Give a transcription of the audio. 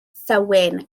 thywyn